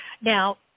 Now